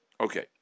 Okay